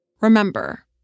Remember